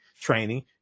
training